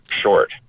short